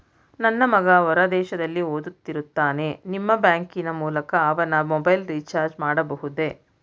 ನನ್ನ ಮಗ ಹೊರ ದೇಶದಲ್ಲಿ ಓದುತ್ತಿರುತ್ತಾನೆ ನಿಮ್ಮ ಬ್ಯಾಂಕಿನ ಮೂಲಕ ಅವನ ಮೊಬೈಲ್ ರಿಚಾರ್ಜ್ ಮಾಡಬಹುದೇ?